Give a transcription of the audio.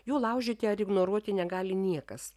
jų laužyti ar ignoruoti negali niekas